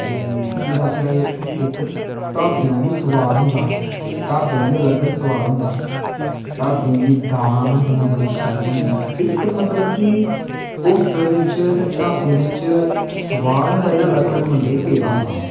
कि फिर अस्स इक्क ढाबें दा बी सौआद होंदा ढाबेआं दा अलग सोआद होंदा ढाबे दी दालां बनदियां बड़ी शैल बनदियां इक्क मतलब कि होटल बिच्च ते ढाबे बिच्च सौआद होंदा जेह्ड़ा अलग अलग बंदे गी पेदा होंदा ओह्